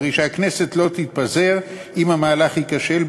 הרי שהכנסת לא תתפזר אם המהלך ייכשל,